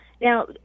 Now